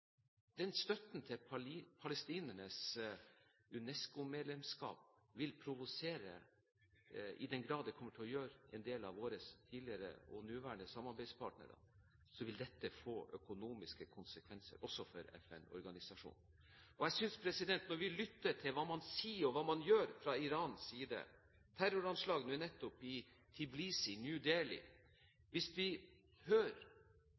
støtten til palestinernes UNESCO-medlemskap vil provosere – i den grad det kommer til å gjøre det – en del av våre tidligere og nåværende samarbeidspartnere, vil dette få økonomiske konsekvenser også for FN-organisasjonen. Når vi lytter til hva man sier og hva man gjør fra Irans side, med terroranslag nå nettopp i Tbilisi og i New Delhi, og når vi samtidig hører